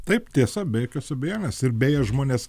taip tiesa be jokios abejonės ir beje žmonės